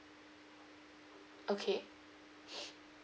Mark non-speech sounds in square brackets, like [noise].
okay [noise]